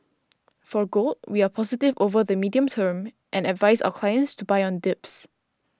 for gold we are positive over the medium term and advise our clients to buy on dips